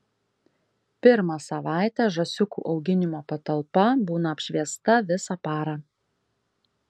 pirmą savaitę žąsiukų auginimo patalpa būna apšviesta visą parą